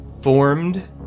formed